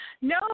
No